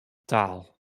taal